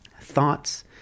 thoughts